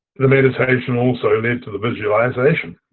the meditation also lead to the visualization.